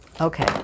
Okay